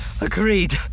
Agreed